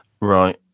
right